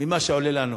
ממה שהיה עולה לנו.